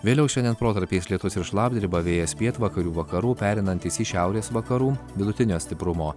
vėliau šiandien protarpiais lietus ir šlapdriba vėjas pietvakarių vakarų pereinantis į šiaurės vakarų vidutinio stiprumo